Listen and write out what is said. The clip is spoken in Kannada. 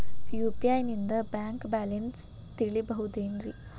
ಯು.ಪಿ.ಐ ನಿಂದ ಬ್ಯಾಂಕ್ ಬ್ಯಾಲೆನ್ಸ್ ತಿಳಿಬಹುದೇನ್ರಿ?